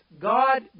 God